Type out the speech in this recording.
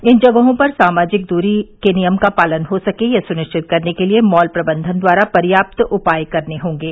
इन जगहों पर सामाजिक दूरी का पालन हो सके यह सुनिश्चित करने के लिए मॉल प्रबंधन द्वारा पर्याप्त उपाय करने होंगे